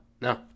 No